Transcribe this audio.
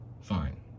Fine